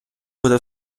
буде